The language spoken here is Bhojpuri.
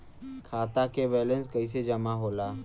खाता के वैंलेस कइसे जमा होला?